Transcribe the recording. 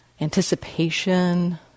anticipation